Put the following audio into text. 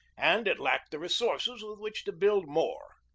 and it lacked the resources with which to build more.